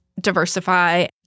diversify